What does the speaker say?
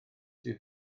sydd